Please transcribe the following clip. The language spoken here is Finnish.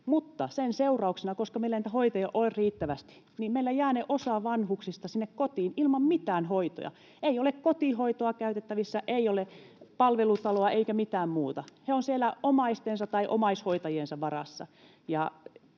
sen seurauksena, koska meillä ei niitä hoitajia ole riittävästi, meillä jää osa vanhuksista sinne kotiin ilman mitään hoitoja. Ei ole kotihoitoa käytettävissä, ei ole palvelutaloa eikä mitään muuta. He ovat siellä omaistensa tai omaishoitajiensa varassa.